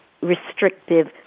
restrictive